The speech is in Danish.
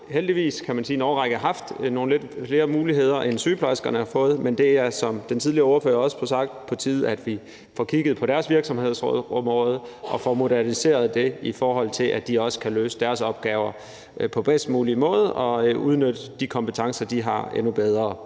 heldigvis kan man sige, i en årrække haft lidt flere muligheder, end sygeplejerskerne har fået. Men det er, som den tidligere ordfører også har sagt, på tide, at vi får kigget på deres virksomhedsområde og får moderniseret det, i forhold til at de også kan løse deres opgaver på den bedst mulige måde og kan udnytte de kompetencer, de har, endnu bedre